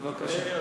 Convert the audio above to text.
בבקשה.